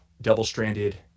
double-stranded